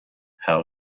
how